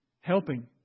helping